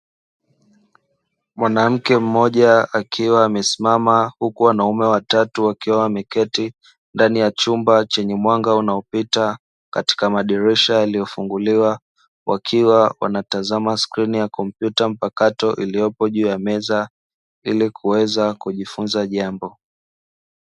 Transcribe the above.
Mwanamke mmoja akiwa amesimama, huku wanaume watatu wakiwa wameketi, ndani ya chumba chenye mwanga unaopita katika madirisha yaliyofunguliwa; wakiwa wanatazama skrini ya kompyuta mpakato iliyopo juu ya meza ili kuweza kujifunza jambo.